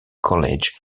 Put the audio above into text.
college